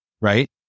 Right